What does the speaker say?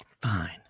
Fine